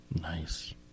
nice